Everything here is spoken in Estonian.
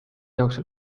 jooksul